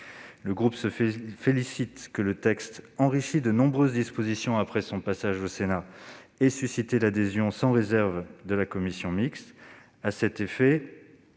nous félicitons que le texte, enrichi de nombreuses dispositions après son passage au Sénat, ait suscité l'adhésion sans réserve de la CMP. Notre